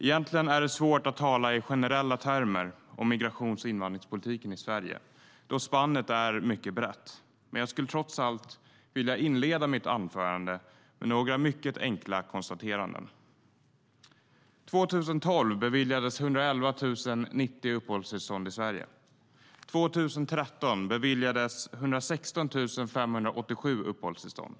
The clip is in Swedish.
Egentligen är det svårt att tala i generella termer om migrations och invandringspolitiken i Sverige då spannet är mycket brett. Jag skulle trots allt vilja inleda mitt anförande med några mycket enkla konstateranden. År 2012 beviljades 111 090 uppehållstillstånd i Sverige. År 2013 beviljades 116 587 uppehållstillstånd.